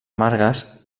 margues